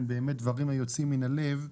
דברים היוצאים מן הלב.